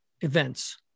events